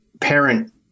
parent